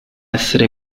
essere